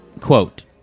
quote